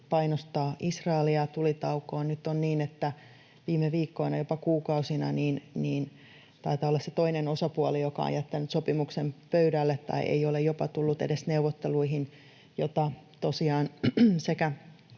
painostaa Israelia tulitaukoon. Nyt on niin, että viime viikkoina, jopa kuukausina, taitaa olla se toinen osapuoli, joka on jättänyt sopimuksen pöydälle tai ei ole jopa tullut edes neuvotteluihin, jota tosiaan